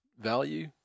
value